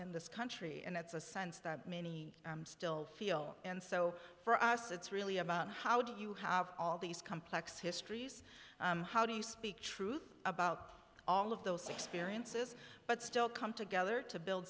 in this country and it's a sense that many still feel and so for us it's really about how do you have all these complex histories how do you speak truth about all of those experiences but still come together to build